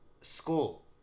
school